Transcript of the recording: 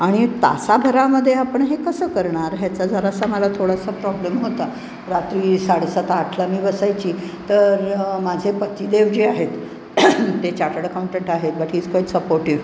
आणि तासाभरामध्ये आपण हे कसं करणार ह्याचा जरासा मला थोडासा प्रॉब्लेम होता रात्री साडेसात आठला मी बसायचे तर माझे पतीदेव जे आहेत ते चार्टड अकाऊंटंट आहेत but he is quite supportive